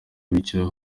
bityo